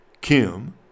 Kim